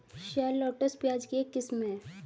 shallots, प्याज की एक किस्म है